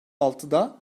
altıda